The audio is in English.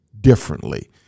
differently